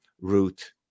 route